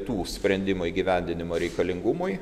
tų sprendimo įgyvendinimo reikalingumui